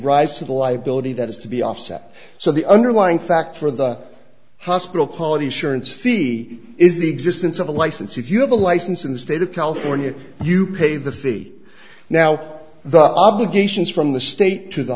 rise to the liability that has to be offset so the underlying fact for the hospital quality assurance fee is the existence of a license if you have a license in the state of california you pay the fee now the obligations from the state to the